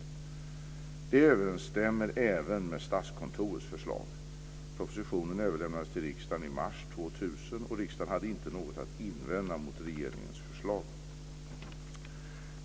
Detta överensstämmer även med Statskontorets förslag. Propositionen överlämnades till riksdagen i mars 2000 och riksdagen hade inte något att invända mot regeringens förslag (prop.